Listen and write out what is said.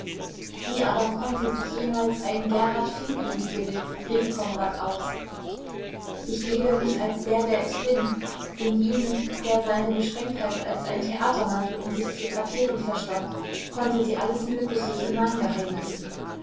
wie aber konnte sie jemals einen gerhard fink liebgewinnen rief konrad aus ich gebe mich als der ich bin in ihn der seine beschränktheit als einen theatermantel um sich zu drapieren verstand konnte sie alles mögliche